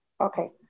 Okay